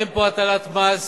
אין פה הטלת מס,